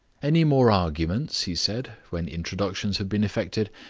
any more arguments? he said, when introductions had been effected.